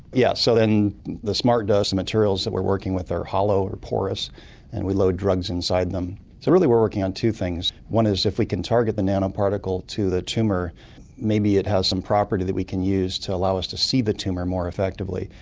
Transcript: yes, so then the smart dust and materials that we're working with are hollow and porous and we load drugs inside them. so really we're working on two things. one is if we can target the nanoparticle to the tumour maybe it has some property that we can use to allow us to see the tumour more effectively.